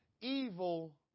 Evil